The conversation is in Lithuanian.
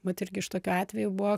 vat irgi iš tokių atvejų buvo